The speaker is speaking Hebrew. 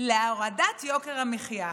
להורדת יוקר המחיה.